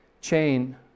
chain